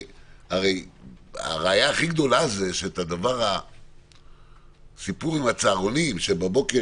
הראיה הכי גדולה היא הסיפור עם הצהרונים שבבוקר